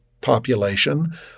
population